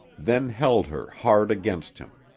then held her hard against him.